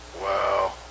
Wow